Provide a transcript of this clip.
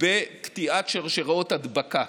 בקטיעת שרשראות הדבקה